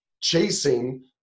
chasing